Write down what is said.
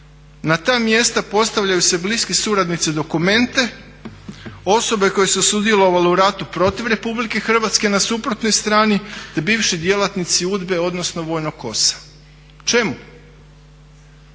na ta mjesta postavljaju se bliski suradnici Dokumente, osobe koje su sudjelovale u ratu protiv Republike Hrvatske na suprotnoj strani, te bivši djelatnici UDBA-e odnosno vojnog KOS-a. Čemu?